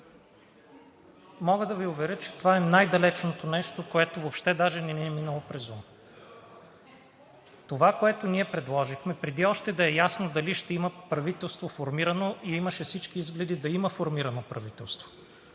Мога да Ви уверя, че това е най-далечното нещо, което въобще даже не ни е минало през ума. Това, което ние предложихме, преди още да е ясно дали ще има формирано правителство, и имаше всички изгледи да има формирано правителство,